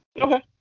Okay